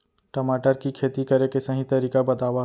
टमाटर की खेती करे के सही तरीका बतावा?